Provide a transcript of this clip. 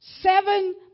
Seven